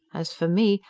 as for me,